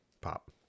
Pop